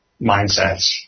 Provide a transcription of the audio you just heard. mindsets